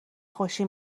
خوشی